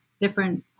different